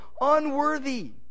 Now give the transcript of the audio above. unworthy